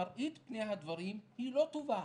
מראית פני הדברים לא טובה.